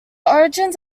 origin